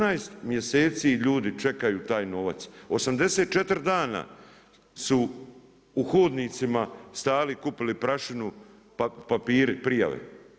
14 mjeseci ljudi čekaju taj novac, 84 dana su u hodnicima stajali i kupili prašinu papiri prijave.